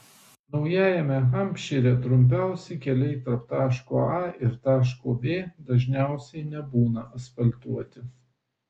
naujajame hampšyre trumpiausi keliai tarp taško a ir taško b dažniausiai nebūna asfaltuoti